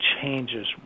changes